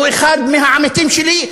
או אחד מהעמיתים שלי,